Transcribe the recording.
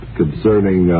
concerning